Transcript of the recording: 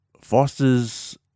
Foster's